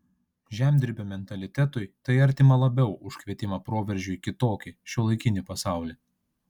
žemdirbio mentalitetui tai artima labiau už kvietimą proveržiui į kitokį šiuolaikinį pasaulį